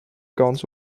kans